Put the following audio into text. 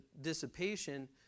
dissipation